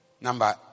Number